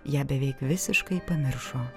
ją beveik visiškai pamiršo